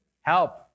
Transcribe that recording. Help